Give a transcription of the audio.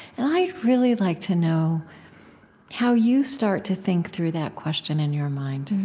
and i'd really like to know how you start to think through that question in your mind